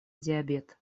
диабет